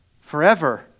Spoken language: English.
forever